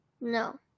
No